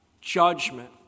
judgment